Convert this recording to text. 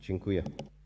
Dziękuję.